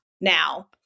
now